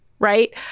Right